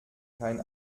kann